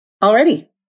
already